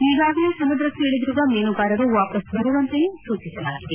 ಈಗಾಗಲೆ ಸಮುದ್ರಕ್ನೆ ಇಳಿದಿರುವ ಮೀನುಗಾರರು ವಾಪಸ್ ಬರುವಂತೆಯೂ ಸೂಚಿಸಲಾಗಿದೆ